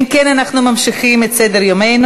אם כן, אנחנו ממשיכים את סדר-יומנו.